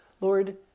Lord